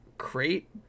Crate